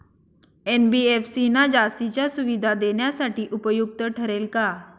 NBFC ना जास्तीच्या सुविधा देण्यासाठी उपयुक्त ठरेल का?